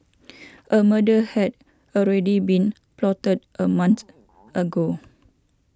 a murder had already been plotted a month ago